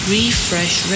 Refresh